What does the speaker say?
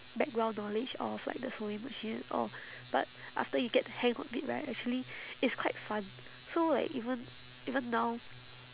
background knowledge of like the sewing machine and all but after you get the hang of it right actually it's quite fun so like even even now